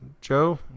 Joe